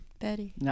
Betty